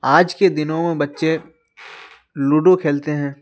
آج کے دنوں میں بچے لوڈو کھیلتے ہیں